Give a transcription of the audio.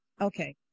okay